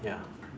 ya